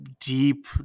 deep